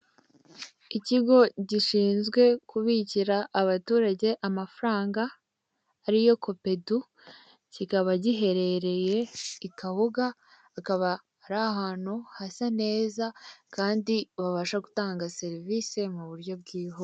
Ikigo gishinzwe kubikira abaturage amafaranga ariyo kopedu, kikaba giherereye i Kabuga, kikaba ari ahantu hasa neza kandi babasha gutanga serivise mu buryo bwihuse.